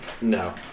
No